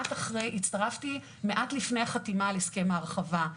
הצטרפתי מעט לפני החתימה על הסכם ההרחבה.